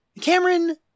Cameron